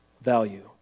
value